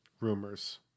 rumors